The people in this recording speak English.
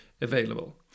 available